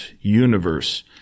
universe